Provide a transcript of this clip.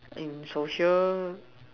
in social